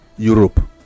europe